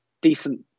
decent